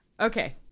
Okay